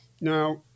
Now